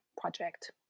project